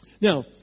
Now